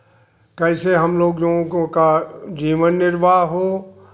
कैसे हम लोगों का जीवन निर्वाह हो